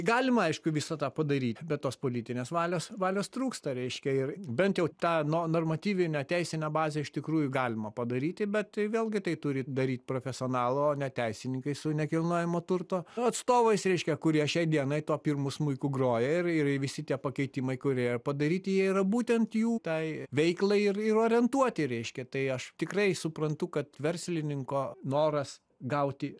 galima aišku visą tą padaryt bet tos politinės valios valios trūksta reiškia ir bent jau tą no normatyvinę teisinę bazę iš tikrųjų galima padaryti bet vėlgi tai turi daryt profesionalai o ne teisininkai su nekilnojamo turto atstovais reiškia kurie šiai dienai tuo pirmu smuiku groja ir ir visi tie pakeitimai kurie padaryti jie yra būtent jų tai veiklai ir ir orientuoti reiškia tai aš tikrai suprantu kad verslininko noras gauti